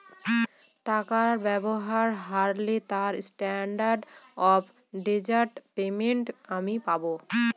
টাকা ব্যবহার হারলে তার স্ট্যান্ডার্ড অফ ডেজার্ট পেমেন্ট আমি পাব